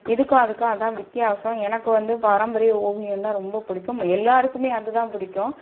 இதுக்கும் அதுக்கும் அதான் வித்தியாசம் எனக்கு வந்து பாரம்பரிய ஓவியந்தான் ரொம்ப பிடிக்கும் எல்லாருக்குமே அதுதான் பிடிக்கும்